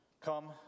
come